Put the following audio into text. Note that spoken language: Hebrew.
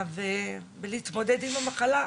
ולהתמודד עם המחלה.